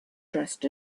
dressed